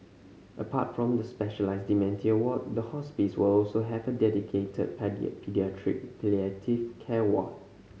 apart from the specialised dementia ward the hospice will also have a dedicated paediatric palliative care ward